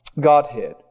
Godhead